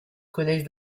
collège